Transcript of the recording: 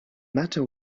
matter